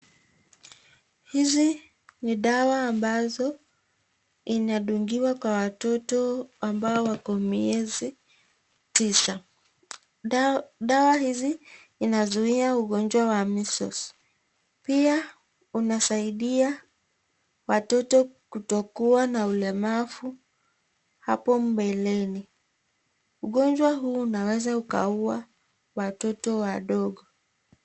Hizi ni dawa ambazo inadungiwa kwa watoto ambao wako miezi tisa. Dawa hizi inazuia ugonjwa wa measles . Pia unasaidia watoto kutokuwa na ulemavu hapo mbeleni. Ugonjwa huu unaweza ukauwa watoto wadogo.